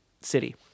city